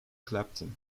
clapton